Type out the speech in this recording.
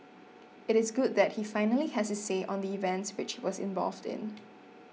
it is good that he finally has his say on the events which he was involved in